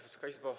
Wysoka Izbo!